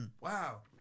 Wow